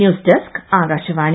news desk Akashvani